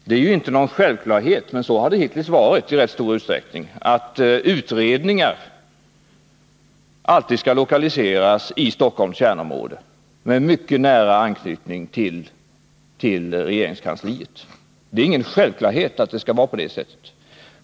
Det är ju inte någon självklarhet — men så har det hittills betraktats i rätt stor utsträckning — att utredningar alltid skall lokaliseras i Stockholms kärnområde med mycket nära anknytning till regeringskansliet.